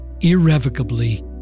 irrevocably